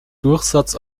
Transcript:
durchsatz